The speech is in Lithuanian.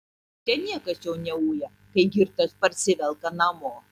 ten niekas jo neuja kai girtas parsivelka namo